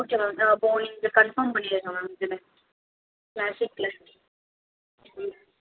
okay ma'am அப்போ நீங்கள் confirm பண்ணிருங்க மேம் இதுன்னு க்ளாசிக்கில் ம்